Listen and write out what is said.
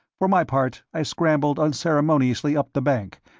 for my part i scrambled unceremoniously up the bank,